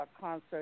concert